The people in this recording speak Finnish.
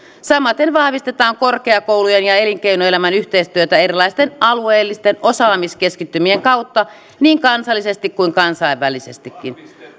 samaten vahvistetaan korkeakoulujen ja elinkeinoelämän yhteistyötä erilaisten alueellisten osaamiskeskittymien kautta niin kansallisesti kuin kansainvälisestikin